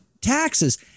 taxes